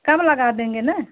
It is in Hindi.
कम लगा देंगे ना